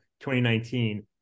2019